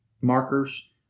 markers